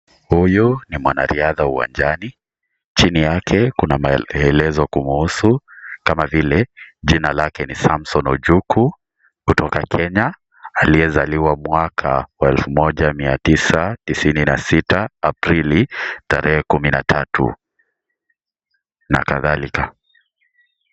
Huyu ni mwanariadha uwanjani. Chini yake kuna maelezo kumhusu kama vile jina lake ni samson ojuku, kutoka kenya , aliyezaliwa mwaka wa elfu moja mia tisa tisini na sita aprili tarehe kumi na tatu na kadhalika.